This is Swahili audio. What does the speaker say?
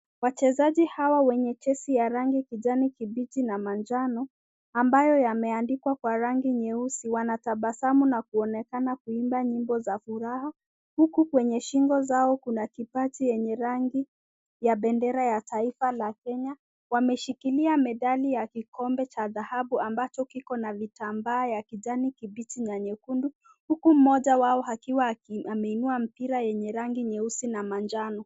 Wachezaji hawa wenye jezi ya rangi kijani kibichi na manjano, ambayo yameandikwa kwa rangi nyeusi, wanatabasamu na kuonekana kuimba nyimbo za furaha huku kwenye shingo zao kuna kipati yenye rangi ya bendera ya taifa la Kenya. Wameshikilia medali ya kikombe cha dhahabu ambacho kiko na vitambaa ya kijani kibichi na nyekundu huku mmoja wao akiwa ameinua mpira yenye rangi nyeusi na manjano.